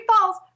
Falls